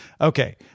Okay